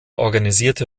organisierte